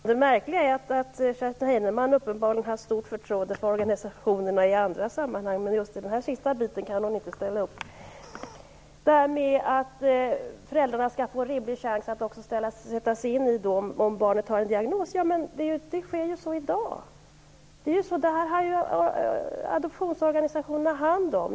Fru talman! Det märkliga är att Kerstin Heinemann uppenbarligen har stort förtroende för organisationerna i andra sammanhang, men just den här sista biten kan hon inte ställa upp på. Kerstin Heinemann sade att föräldrarna också skall få en rimlig chans att sätta sig in i om barnet har en diagnos. Men det sker ju även i dag, och det har adoptionsorganisationerna hand om.